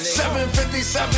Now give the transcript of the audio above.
757